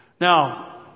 Now